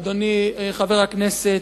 אדוני חבר הכנסת,